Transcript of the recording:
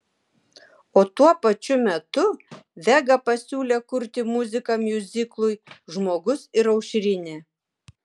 o tuo pačiu metu vega pasiūlė kurti muziką miuziklui žmogus ir aušrinė